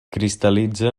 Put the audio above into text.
cristal·litza